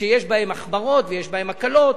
שיש בהם החמרות ויש בהם הקלות.